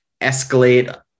escalate